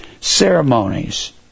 ceremonies